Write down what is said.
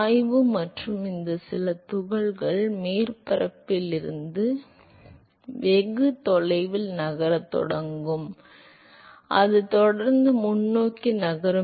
சாய்வு மற்றும் இந்த சில துகள்கள் மேற்பரப்பில் இருந்து வெகு தொலைவில் நகரத் தொடங்கும் அது தொடர்ந்து முன்னோக்கி நகரும்